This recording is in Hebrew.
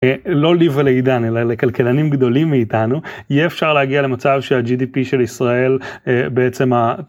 לא לי ולעידן אלא לכלכלנים גדולים מאיתנו יהיה אפשר להגיע למצב שה-GDP של ישראל בעצם.